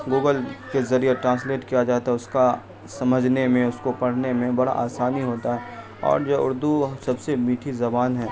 Google کے ذریعہ translate کیا جاتا ہے اس کا سمجھنے میں اس کو پڑھنے میں بڑا آسانی ہوتا ہے اور جو اردو سب سے میٹھی زبان ہے